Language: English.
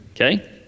okay